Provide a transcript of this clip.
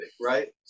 right